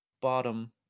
bottom